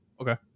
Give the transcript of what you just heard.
Okay